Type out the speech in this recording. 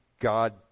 God